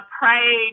pray